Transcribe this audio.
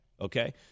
okay